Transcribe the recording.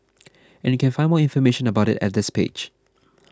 and you can find more information about it at this page